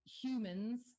humans